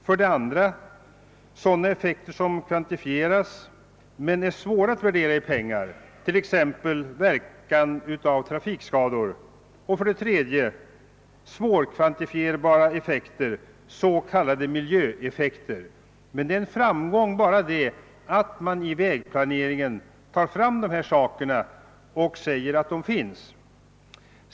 För det andra är det sådana effekter som kan kvantifieras men är svåra att värdera i pengar, t.ex. verkan av trafikskador, och för det tredje är det svårkvantifierbara effekter, t.ex. miljöeffekter. Det är en framgång att man i vägplanen pekar på dessa faktorer och säger att de finns.